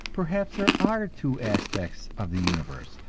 perhaps there are two aspects of the universe,